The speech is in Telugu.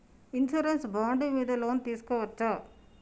ఇన్సూరెన్స్ బాండ్ మీద లోన్ తీస్కొవచ్చా?